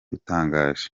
utangaje